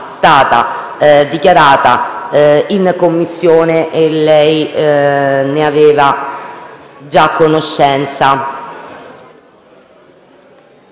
stata dichiarata in Commissione e lei ne aveva conoscenza.